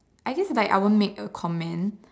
I guess like I won't make a comment